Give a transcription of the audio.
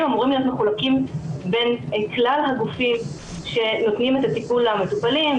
אמורים להיות מחולקים בין כלל הגופים שנותנים את הטיפול למטופלים,